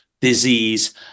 disease